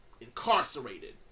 Incarcerated